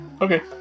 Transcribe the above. Okay